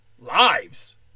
Lives